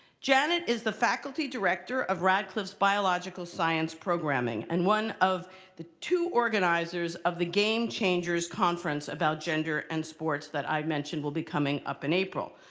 janet is the faculty director of radcliffe's biological science programming, and one of the two organizers of the game changers conference about gender and sports that i mentioned will be coming up in april.